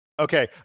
Okay